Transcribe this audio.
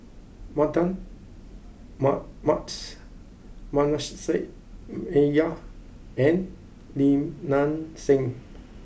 Mardan Mamats Manasseh Meyer and Lim Nang Seng